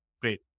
Great